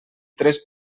tres